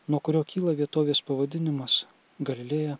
nuo kurio kyla vietovės pavadinimas galilėja